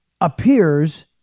appears